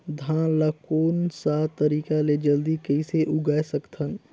धान ला कोन सा तरीका ले जल्दी कइसे उगाय सकथन?